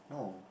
no